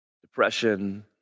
depression